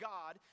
God